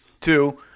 Two